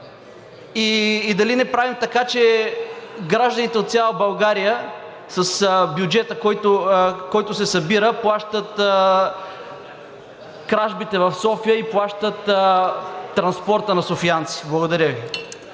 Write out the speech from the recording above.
и дали не правим така, че гражданите от цяла България с бюджета, който се събира, плащат кражбите в София и плащат транспорта на софиянци? Благодаря Ви.